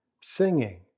Singing